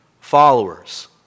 followers